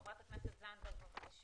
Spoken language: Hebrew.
חברת הכנסת זנדברג, בבקשה.